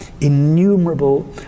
innumerable